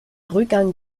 rückgang